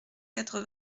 quatre